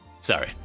Sorry